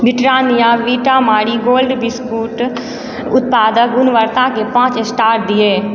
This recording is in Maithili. Britannia Vita Marie Gold biscuit उत्पादक गुणवत्ताके पाँच स्टार दियौ